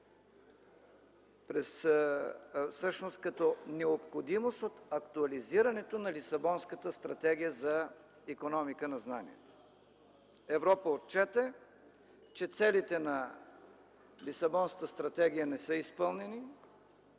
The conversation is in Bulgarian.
2020” всъщност като необходимост от актуализирането на Лисабонската стратегия за икономика на знанието. Европа отчете, че целите на Лисабонската стратегия не са изпълнени